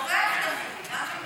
הוא בורח בחו"ל.